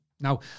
Now